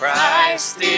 Christ